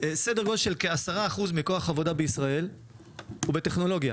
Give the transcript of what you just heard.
סדר גודל של כ-10% מכוח העבודה בישראל הוא בטכנולוגיה.